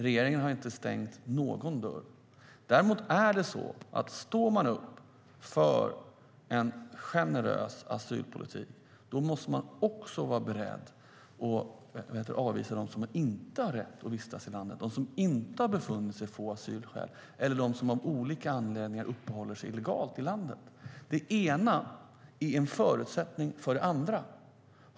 Regeringen har inte stängt någon dörr. Det ena är en förutsättning för det andra.